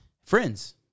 Friends